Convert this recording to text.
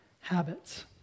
Habits